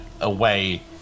away